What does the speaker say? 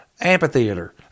amphitheater